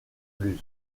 luz